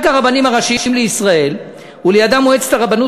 רק הרבנים הראשיים לישראל ולידם מועצת הרבנות